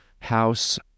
House